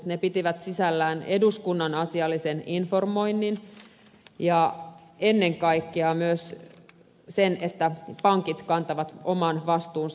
ne pitivät sisällään eduskunnan asiallisen informoinnin ja ennen kaikkea myös sen että pankit kantavat oman vastuunsa